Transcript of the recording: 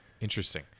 interesting